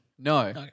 No